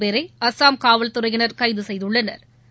பேரை அசாம் காவல்துறையினா் கைது செய்துள்ளனா்